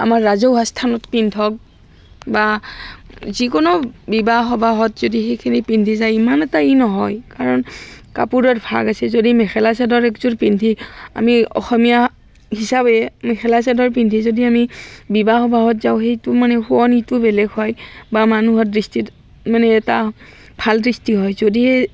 আমাৰ ৰাজহুৱা স্থানত পিন্ধক বা যিকোনো বিবাহসবাহত যদি সেইখিনি পিন্ধি যায় ইমান এটা ই নহয় কাৰণ কাপোৰৰ ভাগ আছে যদি মেখেলা চাদৰ একযোৰ পিন্ধি আমি অসমীয়া হিচাপে মেখেলা চাদৰ পিন্ধি যদি আমি বিবাহ সবাহত যাওঁ সেইটো মানে শুৱনিটো অলপ বেলেগ হয় বা মানুহৰ দৃষ্টিত মানে এটা ভাল দৃষ্টি হয় যদিহে